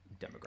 demographic